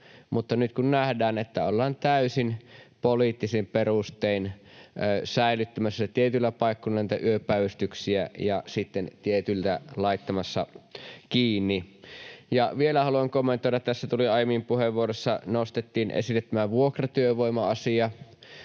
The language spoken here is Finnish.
Mutta nyt nähdään, että ollaan täysin poliittisin perustein säilyttämässä tietyillä paikkakunnilla niitä yöpäivystyksiä ja sitten tietyillä laittamassa kiinni. Vielä haluan kommentoida, kun aiemmin puheenvuorossa nostettiin esille tämä vuokratyövoima-asia: